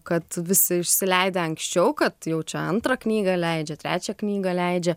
kad visi išsileidę anksčiau kad jau čia antrą knygą leidžia trečią knygą leidžia